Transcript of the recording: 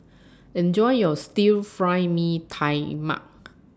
Enjoy your Stir Fried Mee Tai Mak